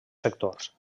sectors